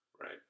Right